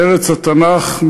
בארץ התנ"ך,